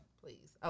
Please